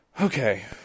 Okay